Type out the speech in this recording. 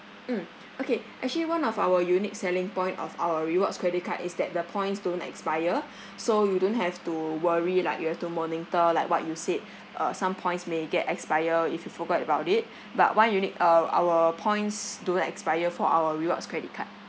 mm okay actually one of our unique selling point of our rewards credit card is that the points don't expire so you don't have to worry like you have to monitor like what you said uh some points may get expire if you forgot about it but one unique uh our points don't expire for our rewards credit card